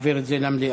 להעביר את זה למליאה.